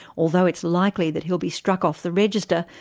although it's likely that he'll be struck off the register,